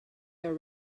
your